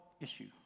issue